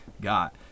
got